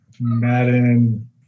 Madden